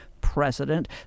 president